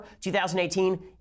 2018